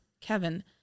Kevin